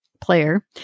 player